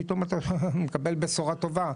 פתאום אתה מקבל בשורה טובה,